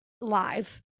live